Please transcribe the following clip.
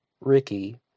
Ricky